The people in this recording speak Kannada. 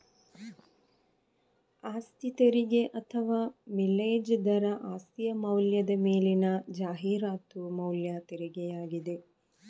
ಆಸ್ತಿ ತೆರಿಗೆ ಅಥವಾ ಮಿಲೇಜ್ ದರ ಆಸ್ತಿಯ ಮೌಲ್ಯದ ಮೇಲಿನ ಜಾಹೀರಾತು ಮೌಲ್ಯ ತೆರಿಗೆಯಾಗಿದೆ